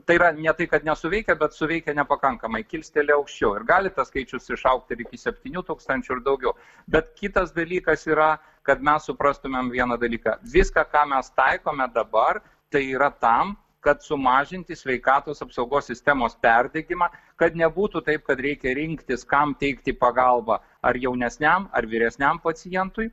tai yra ne tai kad nesuveikia bet suveikia nepakankamai kilsteli aukščiau ir gali tas skaičius išaugti ir iki septynių tūkstančių ir daugiau bet kitas dalykas yra kad mes suprastumėm vieną dalyką viską ką mes taikome dabar tai yra tam kad sumažinti sveikatos apsaugos sistemos perdegimą kad nebūtų taip kad reikia rinktis kam teikti pagalbą ar jaunesniam ar vyresniam pacientui